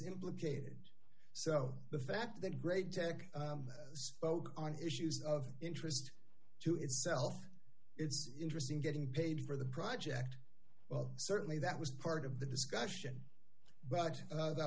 implicated so the fact that great tech focused on issues of interest to itself it's interesting getting paid for the project well certainly that was part of the discussion but